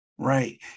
Right